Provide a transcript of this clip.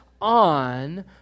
on